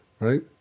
Right